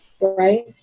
right